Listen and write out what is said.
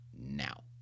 now